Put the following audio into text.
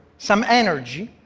some energy,